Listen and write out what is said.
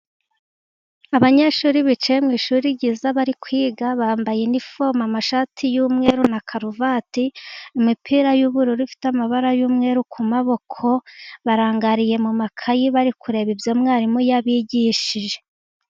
Abanyeshuri bicaye mu ishuri ryiza bari kwiga, bambaye inifome, amashati y'umweru na karuvati, imipira y'ubururu ifite amabara y'umweru ku maboko, barangariye mu makayi, bari kureba ibyo mwarimu yabigishije.